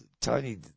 Tony